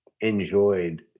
enjoyed